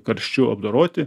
karščiu apdoroti